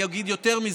אני אגיד יותר מזה: